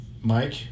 Mike